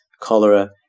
cholera